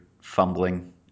fumbling